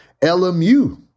LMU